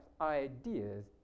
ideas